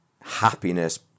happiness